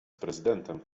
prezydentem